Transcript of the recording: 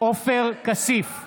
אינו נוכח ישראל כץ, בעד רון כץ,